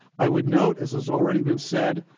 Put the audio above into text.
i would note, as has already been said,